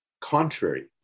contrary